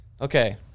Okay